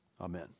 amen